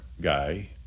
guy